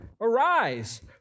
Arise